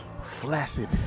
flaccid